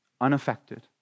Unaffected